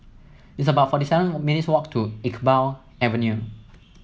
it's about forty seven minutes' walk to Iqbal Avenue